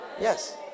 Yes